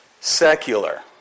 secular